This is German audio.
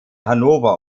hannover